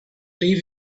leave